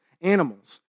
animals